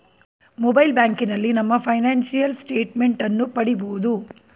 mobile ಬ್ಯಾಂಕಿನಲ್ಲಿ ನಮ್ಮ financial statement ಅನ್ನು ಪಡಿಬೋದು